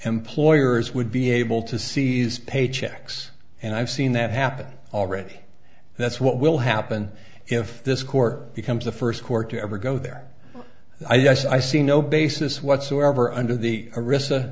employers would be able to seize paychecks and i've seen that happen already that's what will happen if this court becomes the first court to ever go there i guess i see no basis whatsoever under the arista